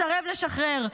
מסרב לשחרר.